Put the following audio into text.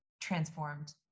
transformed